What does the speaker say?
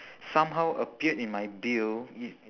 somehow appeared in my bill it's